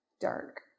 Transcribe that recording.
Dark